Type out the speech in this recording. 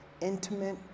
intimate